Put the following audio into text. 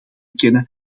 kennen